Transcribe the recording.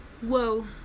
Whoa